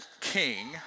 king